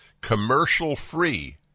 commercial-free